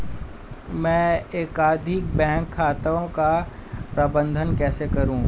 मैं एकाधिक बैंक खातों का प्रबंधन कैसे करूँ?